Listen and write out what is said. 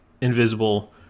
Invisible